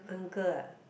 uncle ah